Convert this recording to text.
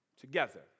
together